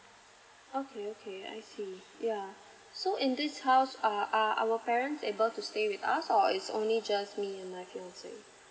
okay okay I see yeah so in this house uh are our parents able to stay with us or is only just me and my fiancé